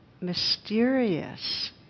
mysterious